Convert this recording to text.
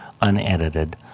unedited